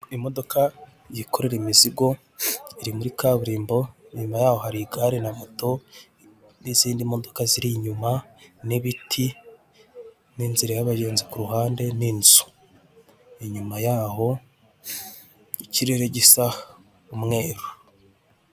Imodoka yikorera imizigo, iri muri kaburimbo inyuma yaho hari igare na moto n'izindi modoka ziri inyuma n'ibiti n'inzira y'abanyonzi ku ruhande n'inzu, inyuma yaho ikirere gisa umweru.